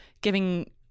giving